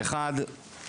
אחד,